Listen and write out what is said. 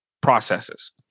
processes